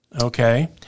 okay